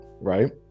right